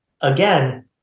again